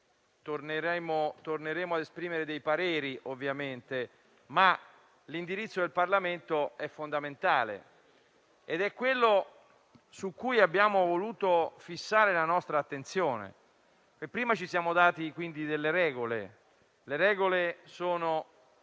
torneremo ad esprimere dei pareri, ovviamente, ma l'indirizzo del Parlamento è fondamentale ed è quello su cui abbiamo voluto fissare la nostra attenzione. Prima ci siamo dati, delle regole. Le regole sono